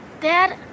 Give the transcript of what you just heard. Dad